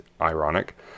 ironic